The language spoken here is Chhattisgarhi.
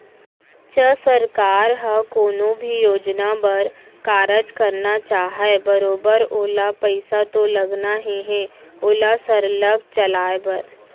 च सरकार ह कोनो भी योजना बर कारज करना चाहय बरोबर ओला पइसा तो लगना ही हे ओला सरलग चलाय बर